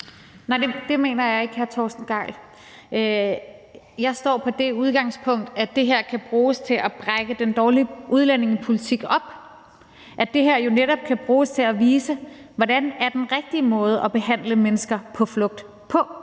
Nej, det mener jeg ikke, hr. Torsten Gejl. Jeg står på det udgangspunkt, at det her kan bruges til at brække den dårlige udlændingepolitik op – at det her jo netop kan bruges til at vise, hvordan den rigtige måde er at behandle mennesker på flugt på.